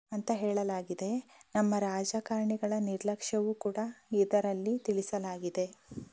ಅಂತ ಹೇಳಲಾಗಿದೆ ನಮ್ಮ ರಾಜಕಾರಣಿಗಳ ನಿರ್ಲಕ್ಷ್ಯವೂ ಕೂಡ ಇದರಲ್ಲಿ ತಿಳಿಸಲಾಗಿದೆ